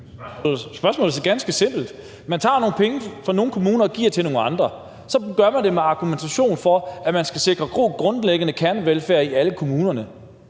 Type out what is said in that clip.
Spørgsmålet er ganske simpelt. Man tager nogle penge fra nogle kommuner og giver til nogle andre, og så gør man det med en argumentation om, at man skal sikre god grundlæggende kernevelfærd i alle kommunerne.